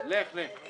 זאת אותה תוכנית.